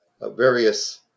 various